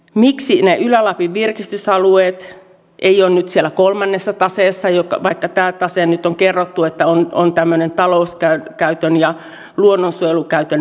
miksi ne ylä lapin virkistysalueet eivät ole nyt siellä kolmannessa taseessa vaikka nyt on kerrottu että tämä tase on tämmöinen talouskäytön ja luonnonsuojelukäytön välitase